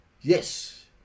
Yes